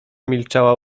milczała